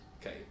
Okay